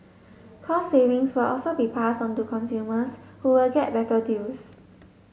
cost savings will also be pass onto consumers who will get better deals